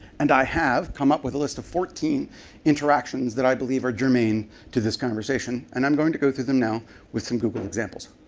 and i have come up with a list of fourteen interactions that i believe are germane to this conversation, and i'm going to go through them now with some google examples.